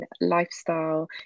lifestyle